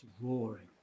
roaring